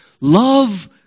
Love